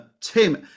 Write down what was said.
Tim